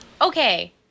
okay